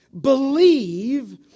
Believe